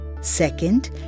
Second